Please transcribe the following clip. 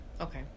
Okay